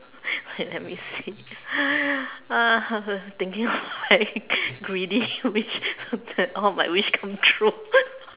wait let me see uh thinking of very greedy wish then all my wish come true